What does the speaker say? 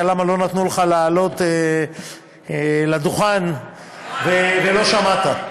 למה לא נתנו לך לעלות לדוכן ולא שמעת.